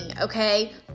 okay